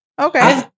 Okay